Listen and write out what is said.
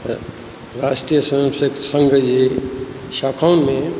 राष्ट्रीय संयोग संघ जी शाखाउन में